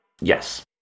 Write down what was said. yes